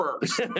first